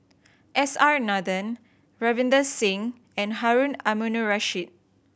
S R Nathan Ravinder Singh and Harun Aminurrashid